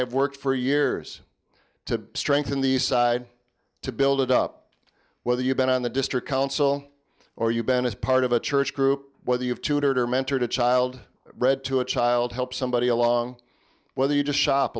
have worked for years to strengthen the side to build it up whether you've been on the district council or you've been as part of a church group whether you've tutored or mentored a child read to a child help somebody along whether you just shop